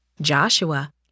Joshua